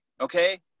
okay